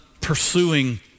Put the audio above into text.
pursuing